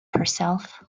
herself